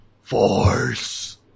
Force